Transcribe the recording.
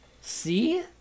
See